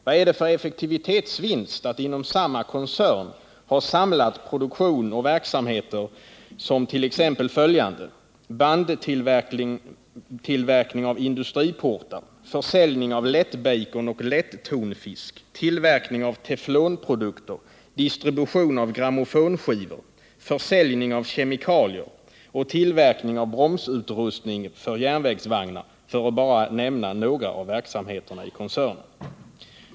Vad är det för effektivitetsvinst att inom samma koncern ha samlat produktion och verksamheter som t.ex. följande: bandtillverkning av industriportar, försäljning av lättbacon och lättonfisk, tillverkning av teflonprodukter, distribution av grammofonskivor, försäljning av kemikalier och tillverkning av bromsutrustning för järnvägsvagnar, för att bara nämna några av verksamheterna inom koncernen?